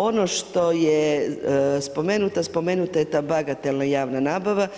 Ono što je spomenuto, spomenuta je ta bagatelna javna nabava,